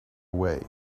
way